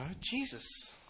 Jesus